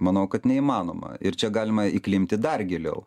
manau kad neįmanoma ir čia galima įklimpti dar giliau